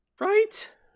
Right